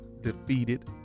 defeated